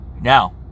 Now